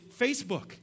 Facebook